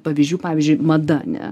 pavyzdžių pavyzdžiui mada ane